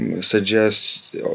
Suggest